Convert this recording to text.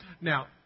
Now